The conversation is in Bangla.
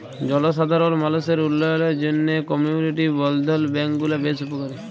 জলসাধারল মালুসের উল্ল্যয়লের জ্যনহে কমিউলিটি বলধ্ল ব্যাংক গুলা বেশ উপকারী